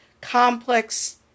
complex